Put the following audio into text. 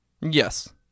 Yes